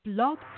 Blog